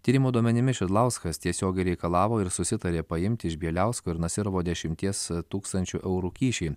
tyrimo duomenimis šidlauskas tiesiogiai reikalavo ir susitarė paimti iš bieliausko ir nasyrovo dešimties tūkstančių eurų kyšį